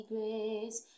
Grace